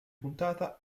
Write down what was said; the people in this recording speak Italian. puntata